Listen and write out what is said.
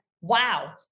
wow